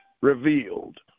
revealed